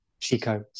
Chico